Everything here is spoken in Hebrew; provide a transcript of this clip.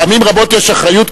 פעמים רבות יש אחריות,